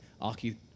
Aki